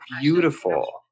beautiful